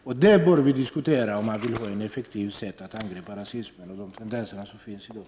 Detta bör vi diskutera om vi vill effektivt angripa rasismen och de tendenser som finns i dag.